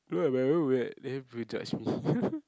no then everybody judge me